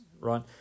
right